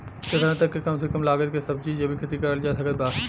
केतना तक के कम से कम लागत मे सब्जी के जैविक खेती करल जा सकत बा?